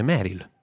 Meryl